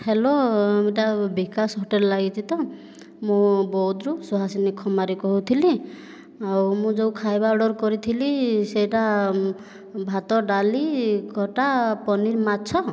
hello ଏଇଟା Bikash hotel ଲାଗିଛି ତ ମୁଁ ବଉଦରୁ ସୁହାସିନୀ ଖମାରୀ କହୁଥିଲି ଆଉ ମୁଁ ଯେଉଁ ଖାଇବା ଅର୍ଡ଼ର କରିଥିଲି ସେଇଟା ଭାତ ଡାଲି ଖଟା ପନିର୍ ମାଛ